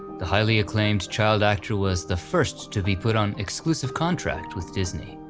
the highly acclaimed child actor was the first to be put on exclusive contract with disney.